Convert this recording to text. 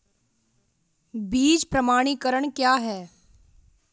बीज प्रमाणीकरण क्या है?